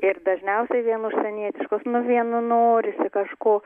ir dažniausiai vien užsienietiškos nu vien norisi kažko